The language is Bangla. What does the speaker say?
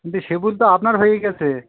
কিন্তু সে ভুল তো আপনার হয়ে গেছে